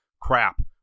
crap